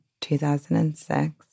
2006